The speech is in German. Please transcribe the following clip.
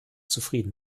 zufrieden